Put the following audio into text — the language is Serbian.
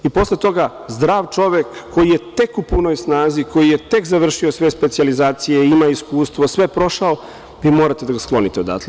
I posle toga, zdrav čovek, koji je tek u punoj snazi, koji je tek završio sve specijalizacije i ima iskustvo, sve prošao, vi morate da ga sklonite odatle.